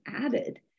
added